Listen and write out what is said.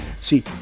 See